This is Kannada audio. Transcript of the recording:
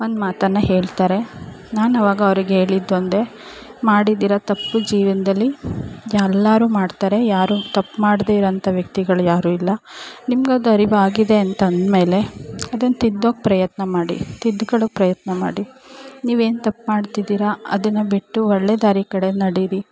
ಒಂದು ಮಾತನ್ನು ಹೇಳ್ತಾರೆ ನಾನು ಅವಾಗ ಅವ್ರಿಗೆ ಹೇಳಿದ್ದೊಂದೇ ಮಾಡಿದೀರ ತಪ್ಪು ಜೀವನದಲ್ಲಿ ಎಲ್ಲರೂ ಮಾಡ್ತಾರೆ ಯಾರು ತಪ್ಪು ಮಾಡದೇ ಇರುವಂಥ ವ್ಯಕ್ತಿಗಳು ಯಾರೂ ಇಲ್ಲ ನಿಮ್ಗದು ಅರಿವಾಗಿದೆ ಅಂತಂದಮೇಲೆ ಅದನ್ನು ತಿದ್ದೋಕೆ ಪ್ರಯತ್ನಮಾಡಿ ತಿದ್ಕೋಳೊ ಪ್ರಯತ್ನಮಾಡಿ ನೀವೇನು ತಪ್ಪು ಮಾಡ್ತಿದೀರಾ ಅದನ್ನು ಬಿಟ್ಟು ಒಳ್ಳೆಯ ದಾರಿ ಕಡೆ ನಡೀರಿ